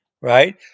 right